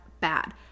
bad